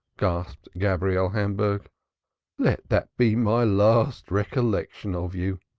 gasped gabriel hamburg. let that be my last recollection of you!